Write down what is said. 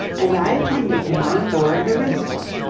and i attended him on board the race horse,